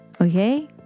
okay